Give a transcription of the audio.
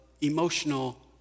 emotional